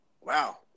Wow